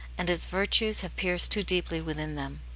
and its virtues have pierced too deeply within them.